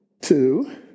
Two